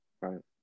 right